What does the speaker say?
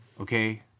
okay